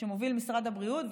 שמוביל משרד הבריאות,